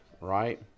right